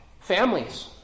families